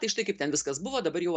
tai štai kaip ten viskas buvo dabar jau